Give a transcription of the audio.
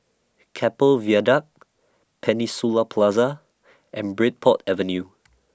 Keppel Viaduct Peninsula Plaza and Bridport Avenue